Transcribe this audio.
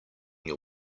your